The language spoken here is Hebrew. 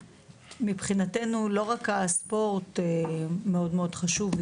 מבחינתנו לא רק הספורט מאוד מאוד חשוב,